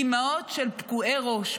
אימהות של פגועי ראש.